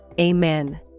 Amen